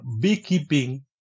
beekeeping